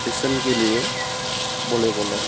रतेसोन गेलेयो भलिबलाव